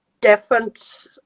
different